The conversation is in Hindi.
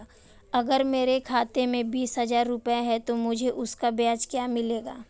अगर मेरे खाते में बीस हज़ार रुपये हैं तो मुझे उसका ब्याज क्या मिलेगा?